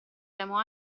temo